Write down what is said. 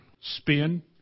spin